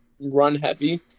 run-heavy